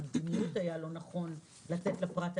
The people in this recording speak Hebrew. במדיניות היה לא נכון לתת לפרט,